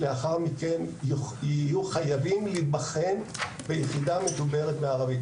יהיו חייבים להיבחן ביחידה מדוברת בערבית.